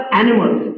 animals